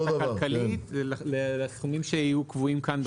הכלכלית לסכומים שיהיו קבועים כאן בחוק?